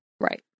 Right